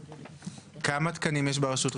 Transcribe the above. כמה תקנים יש ברשות?